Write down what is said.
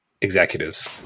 executives